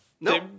no